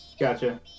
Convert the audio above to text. Gotcha